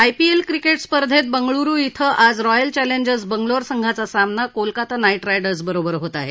IPL cricket स्पर्धेत बंगळुरु इथं आज रॉयल चॅलेजर्स बंगलोर संघाचा सामना कोलकाता नाईट रायडर्स बरोबर होत आहे